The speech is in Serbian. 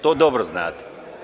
To dobro znate.